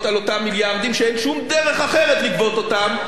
על אותם מיליארדים שאין שום דרך אחרת לגבות אותם,